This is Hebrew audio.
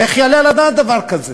איך יעלה על הדעת דבר כזה?